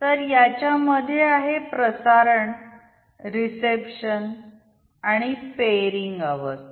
तर याच्या मध्ये आहे प्रसारण रिसेप्शन आणि पेअरिंग अवस्था